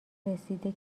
رسیده